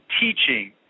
teaching